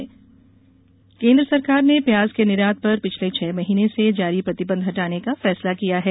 प्याज निर्यात केन्द्र सरकार ने प्याज के निर्यात पर पिछले छह महीने से जारी प्रतिबंध हटाने का फैसला किया है